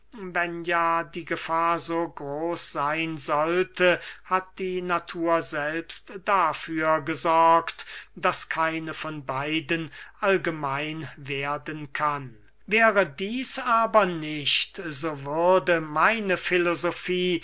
wenn ja die gefahr so groß seyn sollte hat die natur selbst dafür gesorgt daß keine von beiden allgemein werden kann wäre dieß aber nicht so würde meine